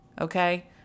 Okay